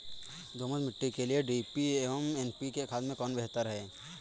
दोमट मिट्टी के लिए डी.ए.पी एवं एन.पी.के खाद में कौन बेहतर है?